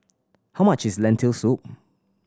how much is Lentil Soup